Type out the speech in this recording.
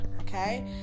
Okay